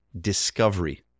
discovery